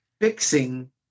fixing